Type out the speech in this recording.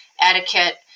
etiquette